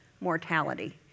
mortality